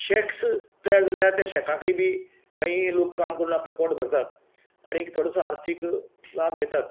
shakes तयार जाल्ल्यात त्या शेकांकय बी कांय लोक काम करून आपलें पोट भरतात आनीक थोडोसो आर्थीक लाभ घेतात